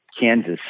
Kansas